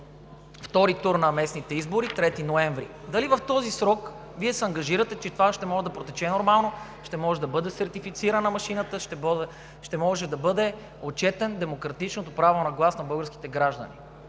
втори тур на местните избори, 3-ти ноември, дали в този срок Вие се ангажирате, че това ще може да протече нормално, ще може да бъде сертифицирана машината, ще може да бъде отчетено демократичното право на глас на българските граждани?